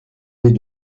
les